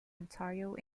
ontario